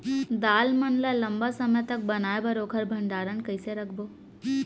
दाल मन ल लम्बा समय तक बनाये बर ओखर भण्डारण कइसे रखबो?